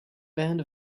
band